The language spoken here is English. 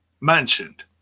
mentioned